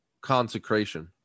consecration